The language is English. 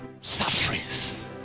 sufferings